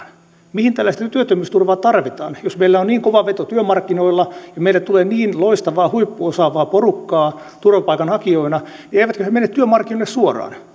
mihin tällaista työttömyysturvaa tarvitaan jos meillä on niin kova veto työmarkkinoilla ja meille tulee niin loistavaa huippuosaavaa porukkaa turvapaikanhakijoina niin eivätkö he mene työmarkkinoille suoraan